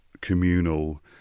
communal